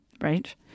Right